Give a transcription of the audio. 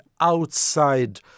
outside